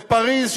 לפריז,